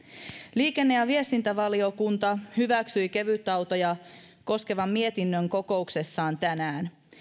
liikenne ja viestintävaliokunta hyväksyi kevytautoja koskevan mietinnön kokouksessaan tänään